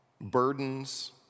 Burdens